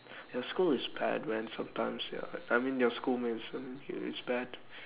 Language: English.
your school is bad man sometimes ya I mean your schoolmates um it is bad